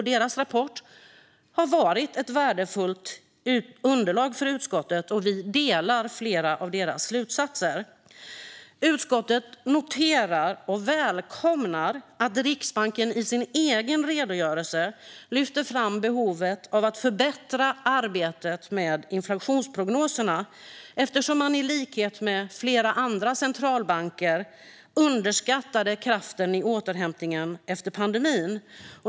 Deras rapport har varit ett värdefullt underlag för utskottet, och vi delar flera av deras slutsatser. Utskottet noterar och välkomnar att Riksbanken i sin egen redogörelse lyfter fram behovet av att förbättra arbetet med inflationsprognoserna eftersom man i likhet med flera andra centralbanker underskattade kraften i återhämtningen efter pandemin.